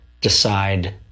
decide